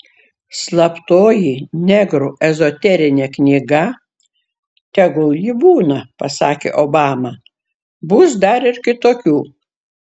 slaptoji negrų ezoterinė knyga tegul ji būna pasakė obama bus dar ir kitokių